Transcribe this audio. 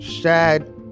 sad